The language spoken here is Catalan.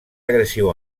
agressiu